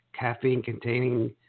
caffeine-containing